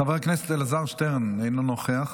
חבר הכנסת אלעזר שטרן, אינו נוכח,